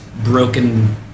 broken